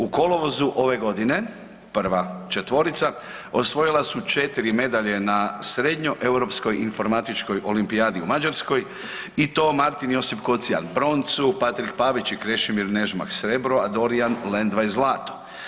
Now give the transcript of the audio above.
U kolovozu ove godine prva četvorica osvojila su 4 medalje na Srednjoeuropskoj informatičkoj olimpijadi u Mađarskoj i to Martin Josip Kocijan broncu, Patrik Pavić i Krešimir Nežmah srebro, a Dorijan Lendvaj zlato.